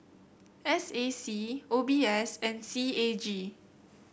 S A C O B S and C A G